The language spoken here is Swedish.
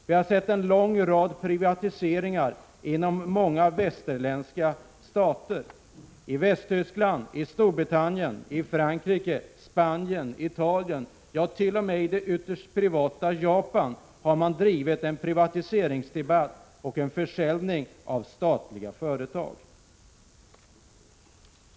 Vi har sett en lång rad privatiseringar inom många västerländska stater. I Västtyskland, Storbritannien, Frankrike, Spanien, Italien - ja, t.o.m. i det ytterst privata Japan — har man drivit en privatiseringsdebatt och en försäljning av statliga företag.